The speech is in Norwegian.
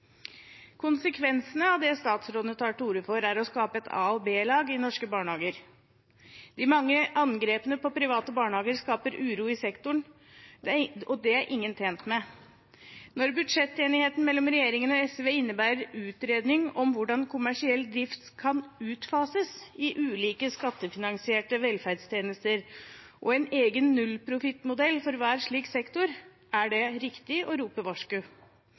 av det statsråden tar til orde for, er at det skapes et a- og b-lag i norske barnehager. De mange angrepene på private barnehager skaper uro i sektoren, og det er ingen tjent med. Når budsjettenigheten mellom regjeringen og SV innebærer en utredning om hvordan kommersiell drift kan utfases i ulike skattefinansierte velferdstjenester og en egen nullprofittmodell for hver slik sektor, er det riktig å rope varsku.